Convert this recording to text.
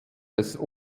des